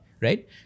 right